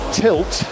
tilt